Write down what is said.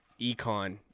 econ